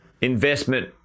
investment